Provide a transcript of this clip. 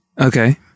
Okay